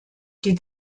die